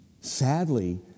Sadly